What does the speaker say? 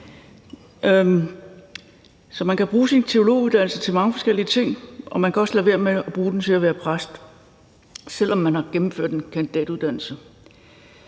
Så man kan bruge sin teologiuddannelse til mange forskellige ting, og man kan også lade være med at bruge den til at være præst, selv om man har gennemført en kandidatuddannelse.